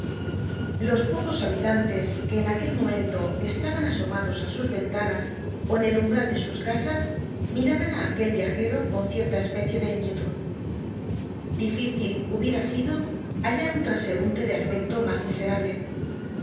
los pocos habitantes que en aquel momento estaban asomados á sus ventanas ó en el umbral de sus casas miraban á aquel viajero con cierta especie de inquietud difícil hubiera sido hallar un transeunte de aspecto mas miserable era